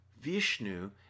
Vishnu